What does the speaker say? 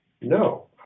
No